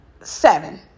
seven